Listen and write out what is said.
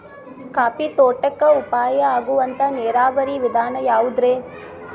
Coffee ತೋಟಕ್ಕ ಉಪಾಯ ಆಗುವಂತ ನೇರಾವರಿ ವಿಧಾನ ಯಾವುದ್ರೇ?